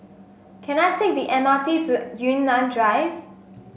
can I take the M R T to Yunnan Drive